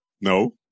No